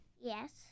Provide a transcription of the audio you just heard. Yes